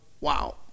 wow